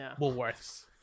Woolworths